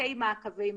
כספקי מעקבי מגעים.